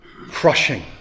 crushing